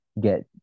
get